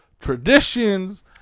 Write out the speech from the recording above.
traditions